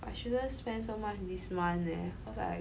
I shouldn't spend so much this month eh cause I